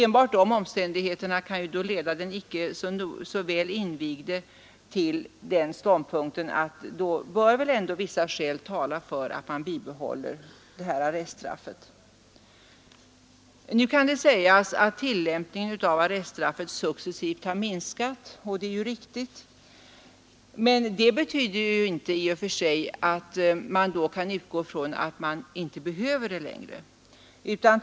Enbart dessa omständigheter kan leda den icke så väl invigde till den ståndpunkten att vissa skäl ändå måste tala för att man bibehåller arreststraffet. Nu kan sägas att tillämpningen av arreststraffet successivt har minskat. Det är ju också riktigt. Men det betyder i och för sig inte att man kan utgå från att det inte längre behövs.